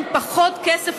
ליהנות מהחיים,